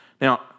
Now